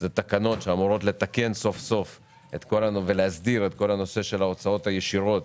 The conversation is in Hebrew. הוא תקנות שאמורות לתקן ולהסדיר סוף סוף את כל הנושא של הוצאות ישירות